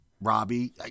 Robbie